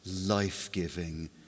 life-giving